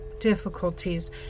Difficulties